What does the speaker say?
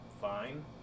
fine